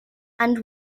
and